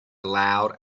allowed